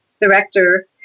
director